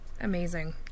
amazing